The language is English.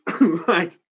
Right